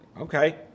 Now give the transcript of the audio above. okay